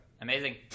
Amazing